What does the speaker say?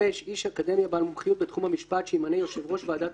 איש אקדמיה בעל מומחיות בתחום המשפט שימנה יושב ראש ועדת